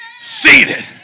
seated